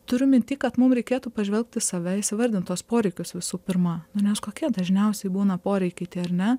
turiu minty kad mum reikėtų pažvelgt į save įsivardint tuos poreikius visų pirma nu nes kokie dažniausiai būna poreikiai tie ar ne